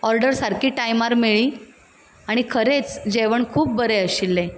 order सारकी टायमार मेळ्ळी आनी खरेंच जेवण खूब बरें आशिल्लें